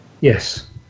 Yes